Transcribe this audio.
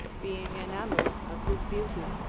being enamoured of his beauty.